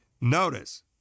Notice